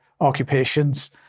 occupations